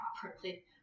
properly